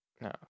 No